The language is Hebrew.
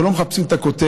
אנחנו לא מחפשים את הכותרת,